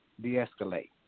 de-escalate